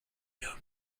new